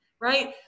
Right